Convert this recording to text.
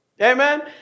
Amen